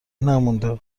نمونده